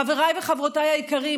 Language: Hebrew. חבריי וחברותיי היקרים,